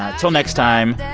ah til next time,